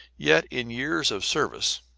yet in years of service,